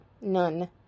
None